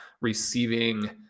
receiving